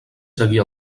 seguir